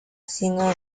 sino